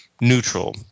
neutral